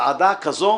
ועדה כזו